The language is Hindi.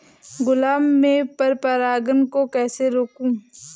गुलाब में पर परागन को कैसे रोकुं?